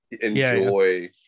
enjoy